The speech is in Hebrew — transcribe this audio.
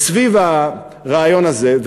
וסביב הרעיון הזה,